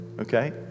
Okay